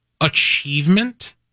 achievement